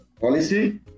policy